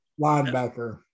linebacker